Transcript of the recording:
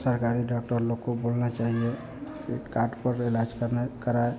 सरकारी डॉक्टर लोग को बोलना चाहिए कि कार्ड पर इलाज करना कराए